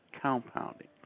compounding